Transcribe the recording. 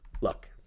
Look